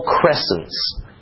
crescents